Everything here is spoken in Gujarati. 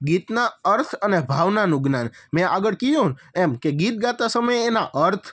ગીતના અર્થ અને ભાવનાનું જ્ઞાન મેં આગળ કીધું ને એમ કે ગીત ગાતા સમયે એના અર્થ